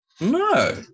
No